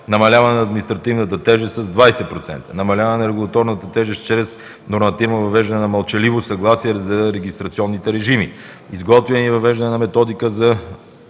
намаляване на административната тежест с 20%; намаляване на регулаторната тежест чрез нормативно въвеждане на мълчаливо съгласие за регистрационните режими; изготвяне и въвеждане на методика за